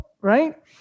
right